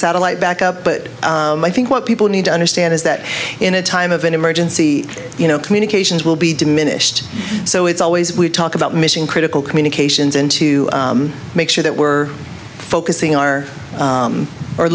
satellite back up but i think what people need to understand is that in a time of an emergency you know communications will be diminished so it's always we talk about mission critical communications and to make sure that we're focusing our